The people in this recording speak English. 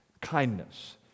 kindness